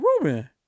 Ruben